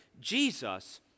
Jesus